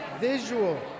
visual